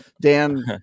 dan